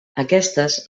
aquestes